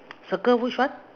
circle which one